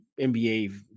NBA